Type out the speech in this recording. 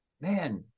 man